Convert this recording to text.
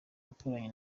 yakoranye